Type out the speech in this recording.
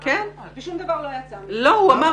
ושום דבר לא יצא מזה.